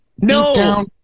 No